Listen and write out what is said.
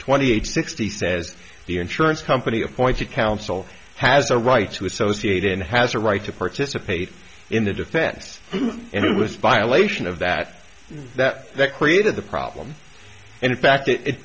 twenty eight sixty says the insurance company appointed counsel has a right to associate and has a right to participate in the defense and it was violation of that that created the problem and in fact it